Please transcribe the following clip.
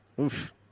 oof